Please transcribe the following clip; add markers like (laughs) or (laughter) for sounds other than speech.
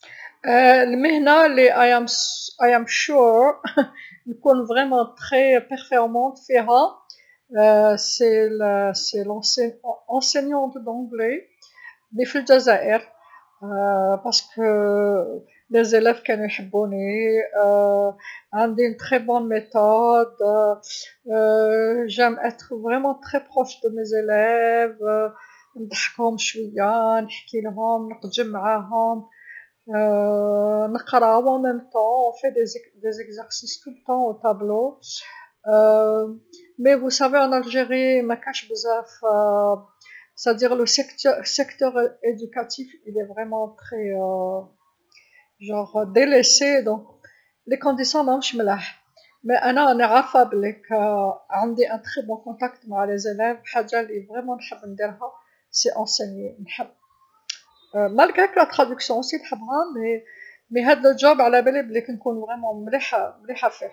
المهنه لراني متأكده (laughs) نكون فعاله بزاف فيها (hesitation) هي هي أستاذة إنجليزي لفل الجزائر على خاطرش تلاميذ كانو يحبوني، (hesitation) عندي طريقه مميزه، (hesitation) نحب نكون قريبه من تلاميذي نضحكهم شويا نحكيلهم نقجا معاهم، (hesitation) نقراو في نفس الوقت، نديرو تمارين كل وقت في الصبورا، (hesitation) بصح علابالكم في الجزائر مكانش بزاف، قطاع التعليم راهم تع صح، الشروط ماراهمش ملاح، بصح أنا راني عارفه بلي ك عندي علاقه بزاف مليحه مع التلاميذ، حاجه لصح نحب نديرها هي التعليم، نحب بالرغم من ترجمه ثاني نحبها بصح بصح هذي الخدمه كنكون مليحه مليحه فيه.